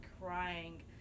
crying